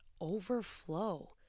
overflow